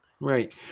Right